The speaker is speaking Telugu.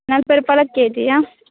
నలభై రూపాయలకి కేజీయా